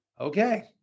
Okay